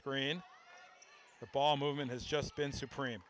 screen the ball movement has just been supreme